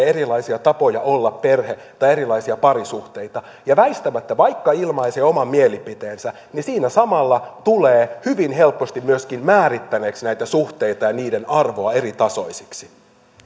erilaisia tapoja olla perhe tai erilaisia parisuhteita ja väistämättä vaikka ilmaisee oman mielipiteensä siinä samalla tulee hyvin helposti myöskin määrittäneeksi näitä suhteita ja niiden arvoa eritasoisiksi